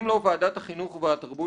אם לא ועדת החינוך של הכנסת,